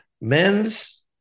Men's